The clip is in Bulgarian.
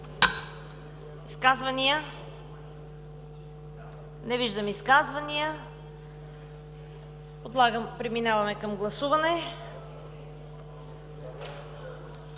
Изказвания? Не виждам изказвания. Преминаваме към гласуване.